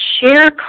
share